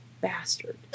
bastard